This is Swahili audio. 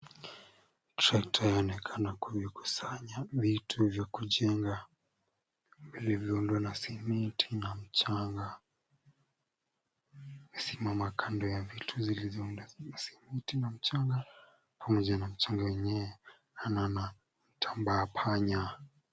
Tractor yaonekana kukusanya vitu vya kujenga vilivyoundwa na simiti na mchanga. Limesimama karibu na vitu zilizo na masimiti na mchanga pamoja na mchanga yenye fanya na tambaa panya.